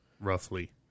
roughly